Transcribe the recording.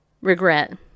regret